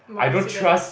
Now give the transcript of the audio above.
more accidents